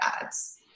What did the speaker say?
ads